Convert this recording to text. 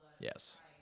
yes